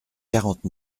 quarante